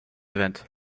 event